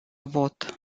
vot